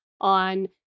on